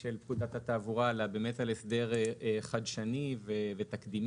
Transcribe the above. של פקודת התעבורה אלא על הסדר חדשני ותקדימי,